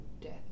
death